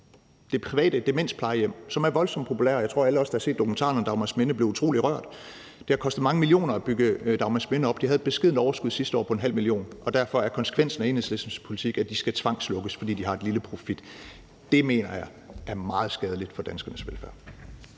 det private demensplejehjem, som er voldsomt populært. Jeg tror, at alle os, der har set dokumentaren om Dagmarsminde, blev utrolig rørt. Det har kostet mange millioner kroner at bygge Dagmarsminde op. De havde et beskedent overskud sidste år på 0,5 mio. kr., og derfor er konsekvensen af Enhedslistens politik, at de skal tvangslukkes, altså fordi de har en lille profit. Det mener jeg er meget skadeligt for danskernes velfærd.